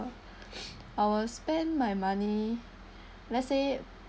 I'll spend my money let's say